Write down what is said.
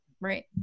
right